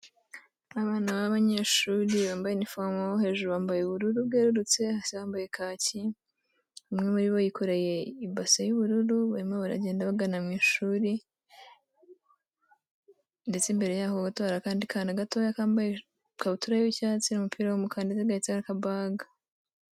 Abana b'abanyeshuri bambaye inifomo hejuru bambaye ubururu bwerurutse hasi bambaye kacyi, umwe muri bo yikoreye ibase y'ubururu barimo baragenda bagana mu ishuri, ndetse imbere yaho gato hari akandi kana gatoya kambaye ikabutura y'icyatsi n'umupira w'umuka ndetse gahetse n'akabaga.